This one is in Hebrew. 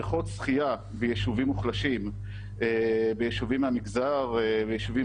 בריכות שחייה ביישובים מוחלשים ויישובים מהמגזר ויישובים